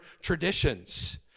traditions